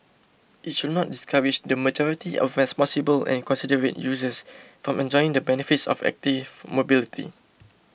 it should not discourage the majority of responsible and considerate users from enjoying the benefits of active mobility